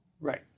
Right